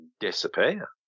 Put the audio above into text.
disappear